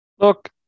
Look